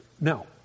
Now